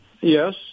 Yes